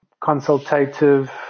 consultative